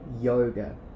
yoga